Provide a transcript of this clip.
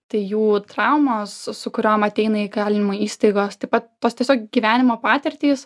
tai jų traumos su su kuriom ateina į įkalinimo įstaigas taip pat tos tiesiog gyvenimo patirtys